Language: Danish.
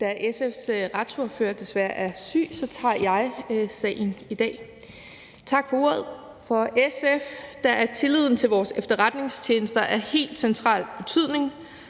Da SF's retsordfører desværre er syg, tager jeg sagen i dag. Tak for ordet. For SF er tilliden til vores efterretningstjenester af helt central betydning.